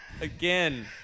Again